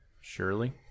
Surely